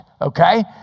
okay